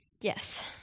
Yes